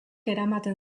eramaten